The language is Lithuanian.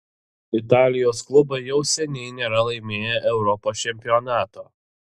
italijos klubai jau seniai nėra laimėję europos čempionato